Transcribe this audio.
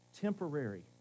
temporary